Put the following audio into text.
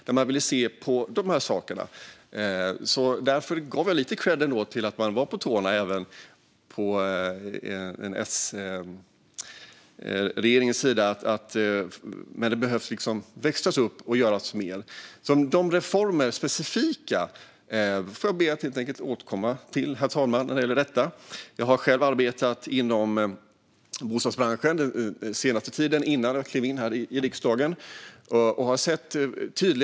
Jag gav ändå lite kredd till att man var på tårna även från S-regeringens sida, men det behöver växlas upp och göras mer. De specifika reformerna ber jag att helt enkelt få återkomma till, herr talman. Jag arbetade själv inom bostadsbranschen den sista tiden innan jag klev in här i riksdagen och såg tydliga problem.